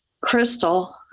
crystal